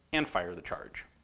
and fire the charge.